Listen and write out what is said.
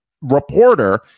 reporter